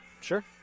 Sure